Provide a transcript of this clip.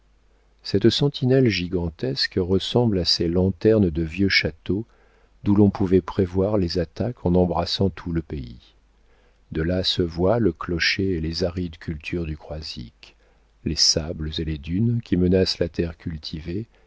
cette sentinelle gigantesque ressemble à ces lanternes de vieux châteaux d'où l'on pouvait prévoir les attaques en embrassant tout le pays de là se voient le clocher et les arides cultures du croisic les sables et les dunes qui menacent la terre